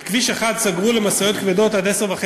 את כביש 1 סגרו למשאיות כבדות עד 10:30